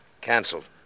Cancelled